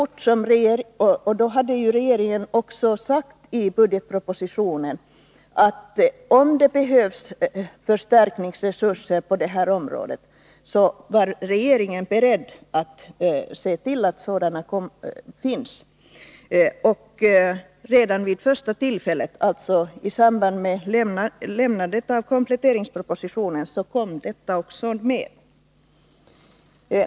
Regeringen hade då sagt i budgetpropositionen att man var beredd att ta fram ytterligare resurser på detta område om det skulle behövas. Redan vid första tillfället, i samband med framläggandet av kompletteringspropositionen, fick statens invandrarverk dessa ytterligare resurser.